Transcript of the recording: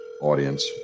audience